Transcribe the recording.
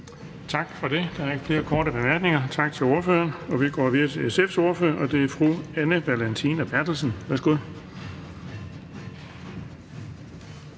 Tak for det. Der er ikke flere korte bemærkninger. Tak til ordføreren, og vi går videre til SF's ordfører, og det er fru Anne Valentina Berthelsen. Værsgo.